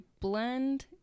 blend